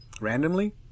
randomly